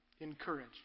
encourage